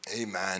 amen